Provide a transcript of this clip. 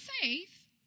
faith